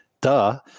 Duh